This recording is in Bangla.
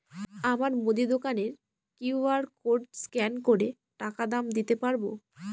আমার মুদি দোকানের কিউ.আর কোড স্ক্যান করে টাকা দাম দিতে পারব?